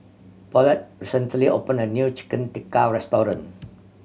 Paulette recently opened a new Chicken Tikka restaurant